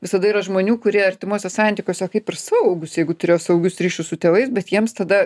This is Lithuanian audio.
visada yra žmonių kurie artimuose santykiuose kaip ir saugus jeigu turėjo saugius ryšius su tėvais bet jiems tada